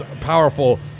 powerful